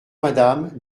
madame